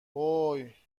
هوووی